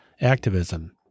Activism